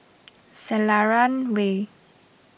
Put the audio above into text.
Selarang Way